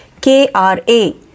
KRA